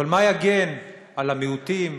אבל מה יגן על המיעוטים?